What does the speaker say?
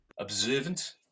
observant